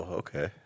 okay